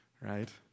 right